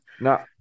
No